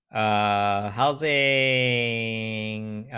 i house a